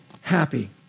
happy